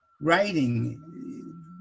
writing